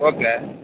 okay